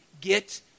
get